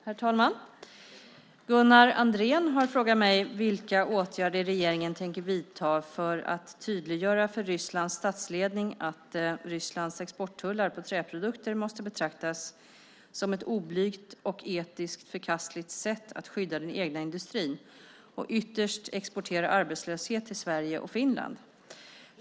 Herr talman! Gunnar Andrén har frågat mig vilka åtgärder regeringen tänker vidta för att tydliggöra för Rysslands statsledning att Rysslands exporttullar på träprodukter måste betraktas som ett oblygt och etiskt förkastligt sätt att skydda den egna industrin och ytterst exportera arbetslöshet till Sverige och Finland.